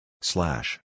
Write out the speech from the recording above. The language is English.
Slash